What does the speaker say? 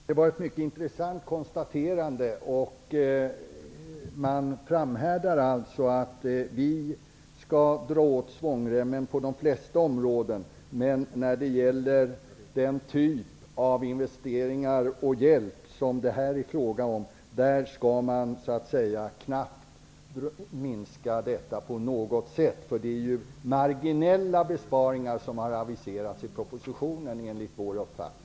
Herr talman! Det var ett mycket intressant konstaterande. Det framhärdas alltså att vi i Sverige skall dra åt svångremmen på de flesta områden, men när det gäller den typ av investeringar och hjälp som det är fråga om vid bistånd skall det knappt minskas på något sätt. Enligt Ny demokratis uppfattning är det marginella besparingar som har aviserats i propositionen.